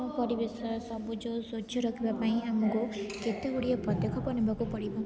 ଆମ ପରିବେଶ ସବୁଜ ଓ ସ୍ୱଚ୍ଛ ରଖିବା ପାଇଁ ଆମକୁ କେତେ ଗୁଡ଼ିଏ ପଦକ୍ଷେପ ନେବାକୁ ପଡ଼ିବ